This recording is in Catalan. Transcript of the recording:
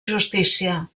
justícia